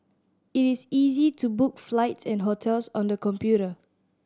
it is easy to book flights and hotels on the computer